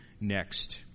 next